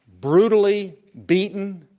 brutally beaten,